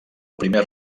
primer